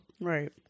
right